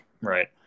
right